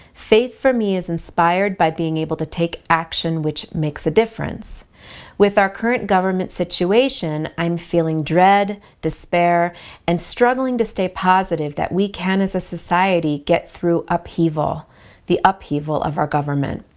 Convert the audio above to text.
faith for me is inspired by being able to take action which makes a difference with our current government situation i'm feeling dread, despair and struggling to stay positive that we can as a society get through the upheaval of our government.